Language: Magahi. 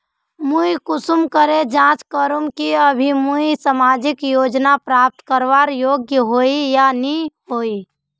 मुई कुंसम करे जाँच करूम की अभी मुई सामाजिक योजना प्राप्त करवार योग्य होई या नी होई?